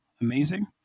amazing